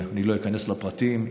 אני לא איכנס לפרטים,